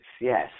Yes